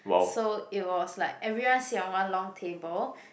so it was like everyone sit on one long table